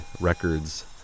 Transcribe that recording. Records